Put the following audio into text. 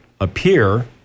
appear